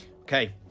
Okay